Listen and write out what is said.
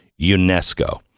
UNESCO